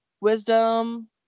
Wisdom